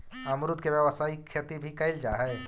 अमरुद के व्यावसायिक खेती भी कयल जा हई